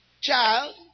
child